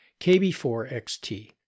KB4XT